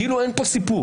כאילו אין כאן סיפור.